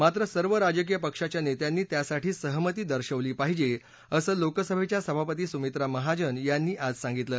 मात्र सर्व राजकीय पक्षाच्या नेत्यांनी त्यासाठी सहमती दर्शवली पाहिजे असं लोकसभेच्या सभापती सुमित्रा महाजन यांनी आज सांगितलं